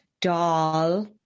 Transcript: doll